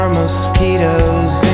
mosquitoes